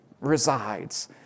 resides